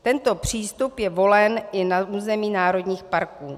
Tento přístup je volen i na území národních parků.